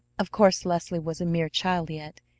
of course leslie was a mere child yet,